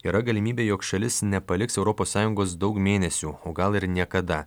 yra galimybė jog šalis nepaliks europos sąjungos daug mėnesių o gal ir niekada